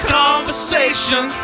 conversation